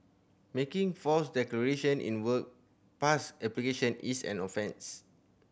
making false declaration in work pass application is an offence